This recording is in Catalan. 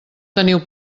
teniu